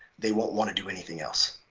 they won't want to do anything else.